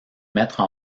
mettre